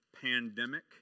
pandemic